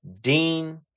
dean